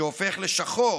שהופך לשחור